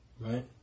Right